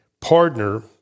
partner